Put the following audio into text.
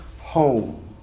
home